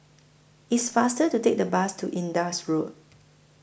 IT IS faster to Take The Bus to Indus Road